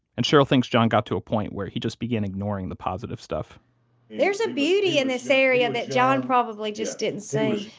and cheryl thinks john got to a point where he just began ignoring the positive stuff there's a beauty in this area that john probably just didn't see.